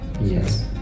Yes